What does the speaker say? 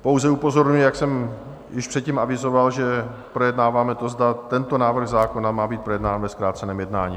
Pouze upozorňuji, jak jsem již předtím avizoval, že projednáváme, zda tento návrh zákona má být projednán ve zkráceném jednání.